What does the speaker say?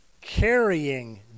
Carrying